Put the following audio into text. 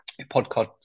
podcast